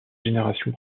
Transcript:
générations